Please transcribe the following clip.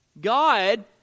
God